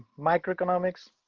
microeconomics.